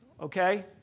okay